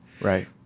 right